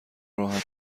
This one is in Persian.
راحت